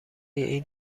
این